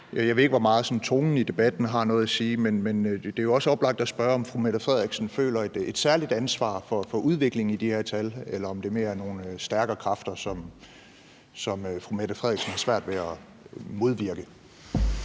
Jeg ved ikke, hvor meget sådan tonen i debatten har noget at sige, men det er jo også oplagt at spørge, om fru Mette Frederiksen føler et særligt ansvar for udviklingen i de her tal, eller om det mere er nogle stærkere kræfter, som fru Mette Frederiksen har svært ved at modvirke.